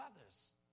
others